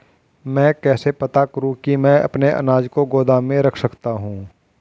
मैं कैसे पता करूँ कि मैं अपने अनाज को गोदाम में रख सकता हूँ?